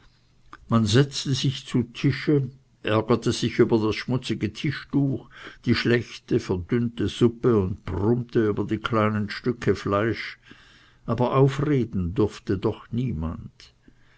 man setzte sich zu tische ärgerte sich über das schmutzige tischtuch die schlechte verdünnte suppe und brummte über die kleinen stücke fleisch aber aufreden durfte doch niemand